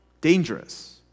dangerous